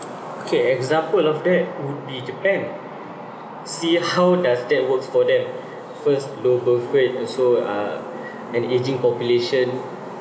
okay example of that would be japan see how does that work for them first low birth rate also uh an ageing population